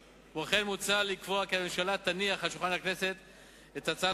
מוצע לקבוע כי הממשלה תניח על שולחן הכנסת את הצעת